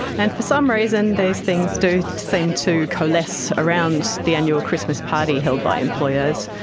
and for some reason these things do seem to coalesce around the annual christmas party held by employers.